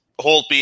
Holtby